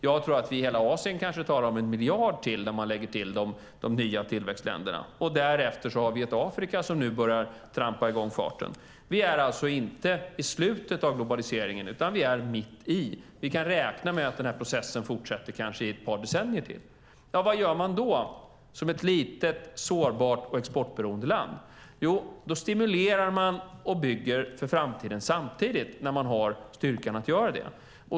Jag tror att vi i hela Asien kanske talar om en miljard till när man lägger till de nya tillväxtländerna. Därefter har vi ett Afrika som nu börjar trampa i gång farten. Vi är alltså inte i slutet av globaliseringen utan vi är mitt i. Vi kan räkna med att den här processen fortsätter i kanske ett par decennier till. Vad gör man då som ett litet, sårbart och exportberoende land? Då stimulerar man och bygger för framtiden samtidigt, när man har styrkan att göra det.